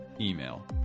email